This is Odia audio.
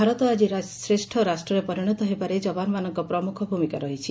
ଭାରତ ଆକି ଶ୍ରେଷ ରାଷ୍ଟରେ ପରିଶତ ହେବାରେ ଯବାନମାନଙ୍କ ପ୍ରମୁଖ ଭୂମିକା ରହିଛି